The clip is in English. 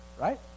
right